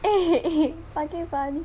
eh eh fucking funny